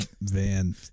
Van